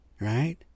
Right